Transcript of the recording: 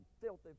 filthy